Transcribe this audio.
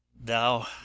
thou